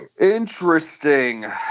Interesting